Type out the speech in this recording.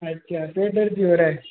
अच्छा पेट दर्द भी हो रहा है